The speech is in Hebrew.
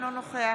אינו נוכח